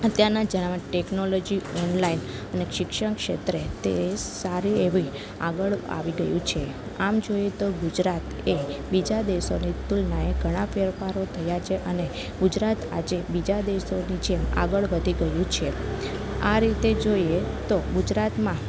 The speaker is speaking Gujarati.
અત્યારના જમાનામાં ટેકનોલોજી ને શિક્ષણ ક્ષેત્રે તે સારી એવી આગળ આવી ગયું છે આમ જોઈએ તો ગુજરાત બીજા દેશોની તુલનાએ ઘણાં ફેરફારો થયાં છે અને ગુજરાત આજે બીજા દેશોની જેમ આગળ વધી ગયું છે આ રીતે જોઈએ તો ગુજરાતમાં